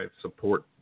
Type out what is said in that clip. support